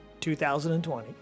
2020